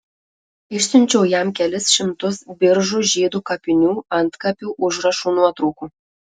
išsiunčiau jam kelis šimtus biržų žydų kapinių antkapių užrašų nuotraukų